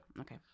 Okay